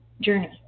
journey